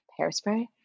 hairspray